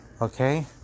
Okay